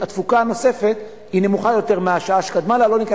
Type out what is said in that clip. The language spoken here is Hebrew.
זה הדבר הכי נכון לעשות מהבחינה הכוללת,